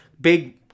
big